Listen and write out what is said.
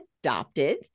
Adopted